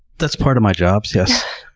that's part of my jobs, yes.